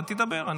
אתה תדבר.